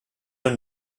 are